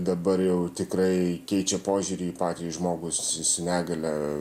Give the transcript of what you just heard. dabar jau tikrai keičia požiūrį į patį žmogų su negalia